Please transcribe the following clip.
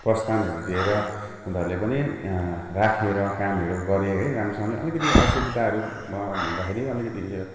प्रोत्साहनहरू दिएर उनीहरूले पनि राखेर कामहरू गरेँ है राम्रोसँगले अलिकति असुविधाहरू हुँदाखेरि अलिकति यो